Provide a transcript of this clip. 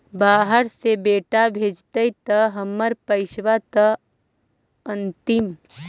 बाहर से बेटा भेजतय त हमर पैसाबा त अंतिम?